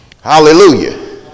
Hallelujah